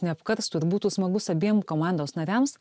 neapkarstų ir būtų smagus abiem komandos nariams